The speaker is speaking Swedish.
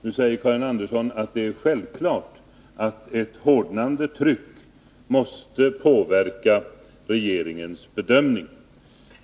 Nu säger Karin Andersson att det är självklart att ett hårdnande tryck måste påverka regeringens bedömning.